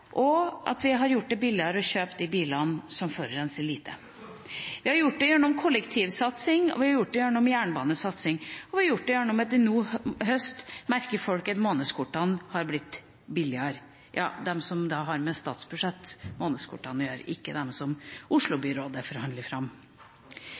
kjøpe, og vi har gjort det billigere å kjøpe de bilene som forurenser lite. Vi har gjort det gjennom kollektivsatsing, og vi har gjort det gjennom jernbanesatsing. Vi har gjort det gjennom at månedskortene nå i høst har blitt billigere, og det merker folk – de månedskortene som har med statsbudsjettet å gjøre, ikke de månedskortene som